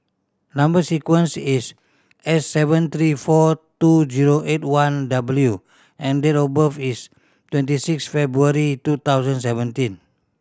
number sequence is S seven three four two zero eight one W and date of birth is twenty six February two thousand seventeen